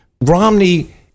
Romney